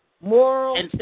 Moral